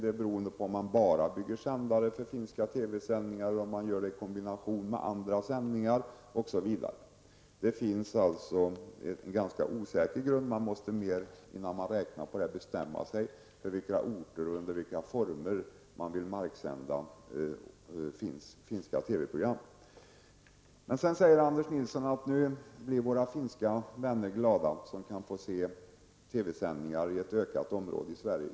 Kostnaderna beror på om man bara bygger sändare för finska TV-sändningar eller om man gör det med tanke på en kombination med andra sändningar osv. Det finns alltså en ganska osäker grund, och man måste bestämma sig för vilka orter och under vilka former man vill marksända finska TV-program innan man räknar på det här. Sedan säger Anders Nilsson att nu blir våra finska vänner glada när de kan se TV-sändningar inom ett större område i Sverige.